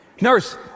Nurse